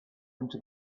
into